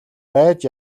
байж